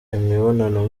imibonano